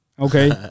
Okay